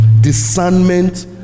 discernment